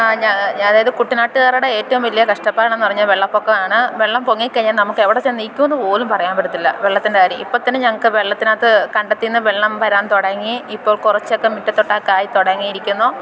ഞാനായത് കുട്ടനാട്ടുകാരുടെ ഏറ്റവും വലിയ കഷ്ടപ്പാട് എന്ന് പറഞ്ഞാല് വെള്ളപ്പൊക്കമാണ് വെള്ളം പൊങ്ങിക്കഴിഞ്ഞാൽ നമുക്ക് എവിടെ ചെന്ന് നിൽക്കുമെന്ന് പോലും പറയാന് പറ്റത്തില്ല വെള്ളത്തിന്റെ കാര്യം ഇപ്പം തന്നെ ഞങ്ങൾക്ക് വെള്ളത്തിനകത്ത് കണ്ടത്തിൽനിന്ന് വെള്ളം വരാന് തുടങ്ങി ഇപ്പം കുറച്ചൊക്കെ മുറ്റത്തോട്ട് ഒക്കെയായി തുടങ്ങിയിരിക്കുന്നു